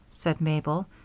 said mabel,